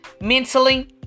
mentally